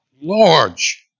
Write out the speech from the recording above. large